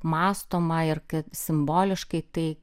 mąstoma ir kad simboliškai tai